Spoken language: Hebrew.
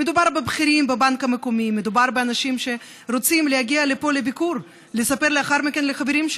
ובאופן שיאפשר את יישומו ואת הסמכת קציני ביקורת הגבולות,